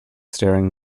staring